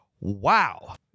Wow